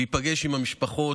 להיפגש עם המשפחות.